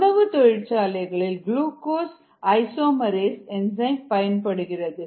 உணவு தொழிற்சாலைகளில் glucose isomerase enzyme பயன்படுகிறது